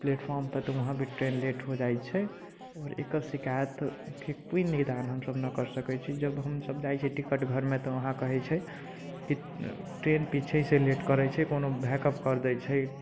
platform पर तऽ वहाँ भी ट्रेन लेट हो जाइ छै आओर एकर शिकायतके कोइ निदान हम सभ न कर सकै छी जब हम सभ जाइ छियै टिकट घरमे तऽ वहाँ कहै छै कि ट्रेन पीछेसँ लेट करै छै कोनो भैकम कर दै छै